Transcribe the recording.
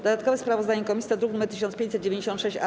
Dodatkowe sprawozdanie komisji to druk nr 1596-A.